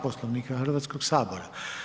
Poslovnika Hrvatskoga sabora.